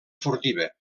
furtiva